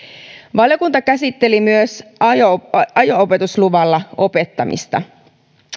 valiokunta käsitteli myös ajo opetusluvalla opettamista